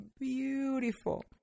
beautiful